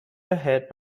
ahead